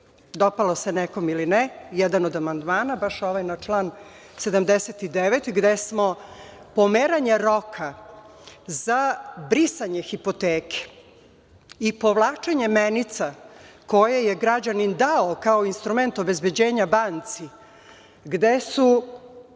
dopalo se nekome ili ne, jedan od amandmana, baš ovaj na član 79. gde smo pomeranje roka za brisanje hipoteke i povlačenje menica koje je građanin dao kao instrument obezbeđenja banci, gde su